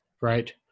right